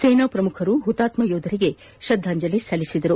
ಸೇನಾ ಪ್ರಮುಖರು ಹುತಾತ್ಮ ಯೋಧರಿಗೆ ಶ್ರದ್ದಾಂಜಲಿ ಸಲ್ಲಿಸಿದರು